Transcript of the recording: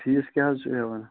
fees کیٛاہ حظ چھُو ہیوان